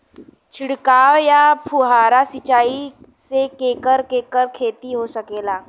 छिड़काव या फुहारा सिंचाई से केकर केकर खेती हो सकेला?